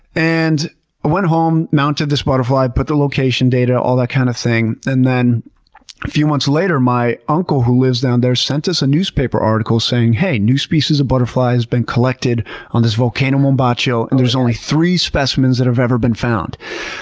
and went home, mounted this butterfly, put the location data, all that kind of thing. then a few months later, my uncle who lives down there, sent us a newspaper article saying, hey, a new species of butterfly has been collected on this volcano mombacho, and there's only three specimens that have ever been found.